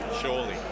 Surely